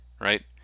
right